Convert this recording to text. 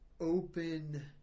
open